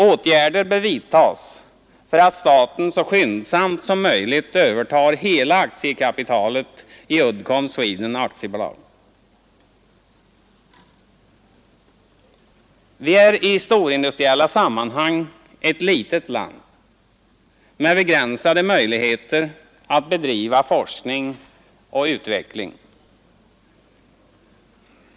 Åtgärder bör vidtagas för att staten så skyndsamt som möjligt övertar hela aktiekapitalet i Uddecomb Sweden AB. Vi är i storindustriella sammanhang ett litet land med begränsade möjligheter att bedriva forskning och utveckling.